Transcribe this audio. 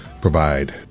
provide